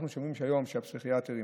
אנחנו שומעים היום שהפסיכיאטרים